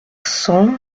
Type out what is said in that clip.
cents